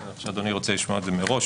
איך שאדוני רוצה לשמוע את זה מראש,